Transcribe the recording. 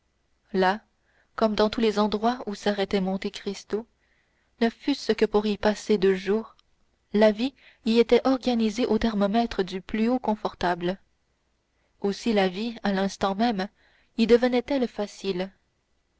là comme dans tous les endroits où s'arrêtait monte cristo ne fût-ce que pour y passer deux jours la vie y était organisée au thermomètre du plus haut confortable aussi la vie à l'instant même y devenait elle facile